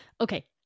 okay